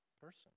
person